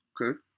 Okay